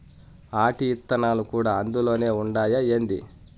ఆటి ఇత్తనాలు కూడా అందులోనే ఉండాయా ఏంది